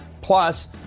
plus